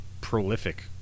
prolific